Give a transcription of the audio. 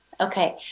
Okay